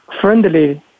friendly